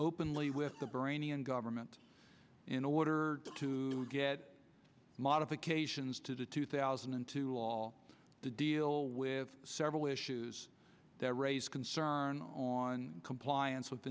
openly with the bahraini government in order to get modifications to the two thousand and two law to deal with several issues that raise concern on compliance with